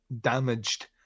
damaged